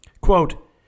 Quote